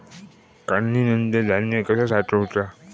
काढणीनंतर धान्य कसा साठवुचा?